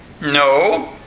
No